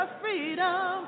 freedom